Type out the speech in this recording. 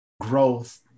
growth